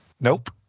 Nope